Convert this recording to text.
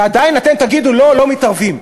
ועדיין אתם תגידו: לא, לא מתערבים.